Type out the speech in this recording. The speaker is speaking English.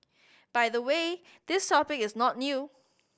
by the way this topic is not new